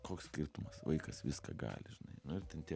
koks skirtumas vaikas viską gali žinai nu ir ten tie